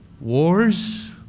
Wars